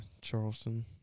Charleston